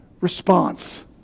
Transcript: response